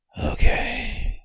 okay